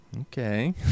Okay